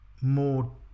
more